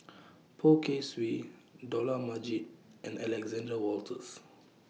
Poh Kay Swee Dollah Majid and Alexander Wolters